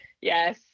yes